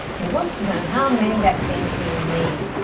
and he wants to know how many vaccines he will need.